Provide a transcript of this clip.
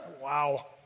Wow